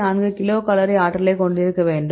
4 kilocalorie ஆற்றலைக் கொண்டிருக்க வேண்டும்